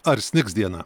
ar snigs dieną